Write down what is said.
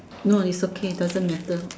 no it's okay doesn't matter